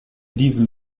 diesem